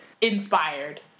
Inspired